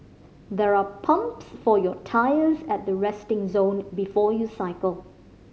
there are pumps for your tyres at the resting zone before you cycle